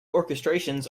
orchestrations